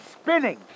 spinning